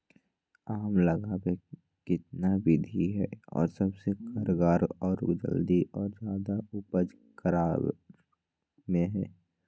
आम लगावे कितना विधि है, और सबसे कारगर और जल्दी और ज्यादा उपज ककरा में है?